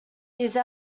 these